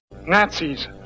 Nazis